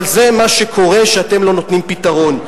אבל זה מה שקורה כשאתם לא נותנים פתרון.